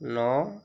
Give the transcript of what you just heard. ন